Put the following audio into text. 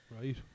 Right